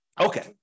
Okay